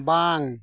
ᱵᱟᱝ